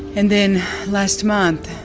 and then last month,